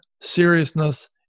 seriousness